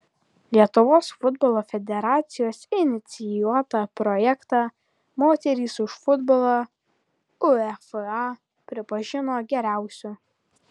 lietuvos futbolo federacijos inicijuotą projektą moterys už futbolą uefa pripažino geriausiu